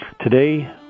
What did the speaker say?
Today